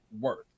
worth